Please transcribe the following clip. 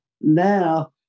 now